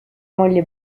moglie